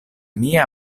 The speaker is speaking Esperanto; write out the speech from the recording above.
mia